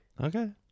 Okay